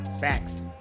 Facts